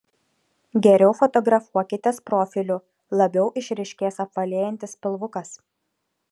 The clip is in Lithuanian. geriau fotografuokitės profiliu labiau išryškės apvalėjantis pilvukas